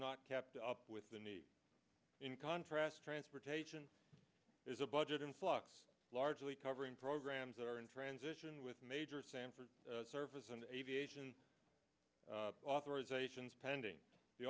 not kept up with the need in contrast transportation is a budget in flux largely covering programs that are in transition with major samford service and aviation authorizations pending the